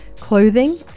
clothing